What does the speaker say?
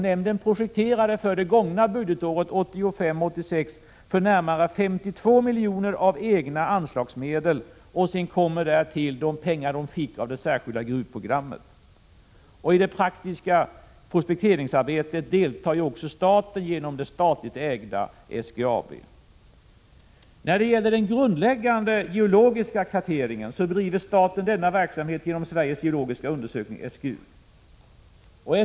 Nämnden projekterade för det gångna budgetåret 1985/86 för närmare 52 milj.kr. av egna anslagsmedel, och därtill kom de pengar som erhölls av medlen för det särskilda gruvprogrammet. Staten deltar också i det praktiska projekteringsarbetet genom det statligt ägda SGAB. När det gäller den grundläggande geologiska karteringen driver staten denna verksamhet genom Sveriges geologiska undersökning, SGU.